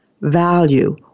value